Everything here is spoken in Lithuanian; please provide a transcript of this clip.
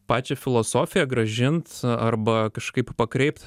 pačią filosofiją grąžint arba kažkaip pakreipt